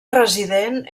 resident